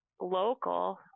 local